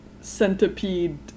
centipede